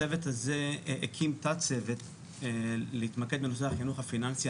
הצוות הזה הקים תת צוות להתמקד בנושא החינוך הפיננסי.